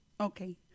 Okay